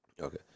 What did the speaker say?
okay